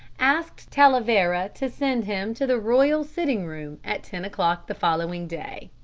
asked talavera to send him to the royal sitting-room at ten o'clock the following day.